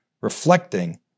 reflecting